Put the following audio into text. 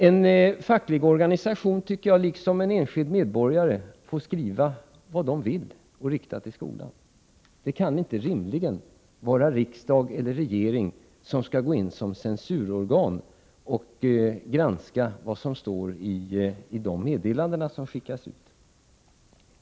En facklig organisation liksom en enskild medborgare får skriva vad de vill och rikta det till skolan. Riksdag eller regering kan inte rimligen gå in som censurorgan och granska vad som står i de meddelanden som skickas dit.